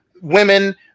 Women